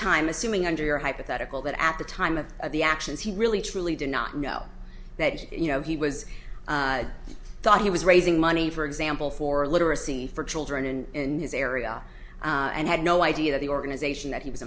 time assuming under your hypothetical that at the time of the actions he really truly did not know that you know he was thought he was raising money for example for literacy for children in his area and had no idea that the organization that he